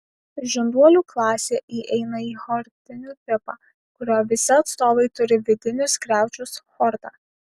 žinduolių klasė įeina į chordinių tipą kurio visi atstovai turi vidinius griaučius chordą